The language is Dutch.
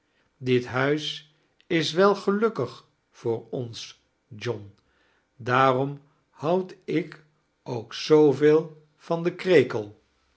dit huis is wel gelukkig voor ons john daarom houd ik ook zooveel van den krekel